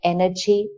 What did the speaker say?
Energy